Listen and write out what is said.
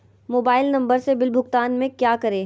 Mobile number से bill भुगतान में क्या करें?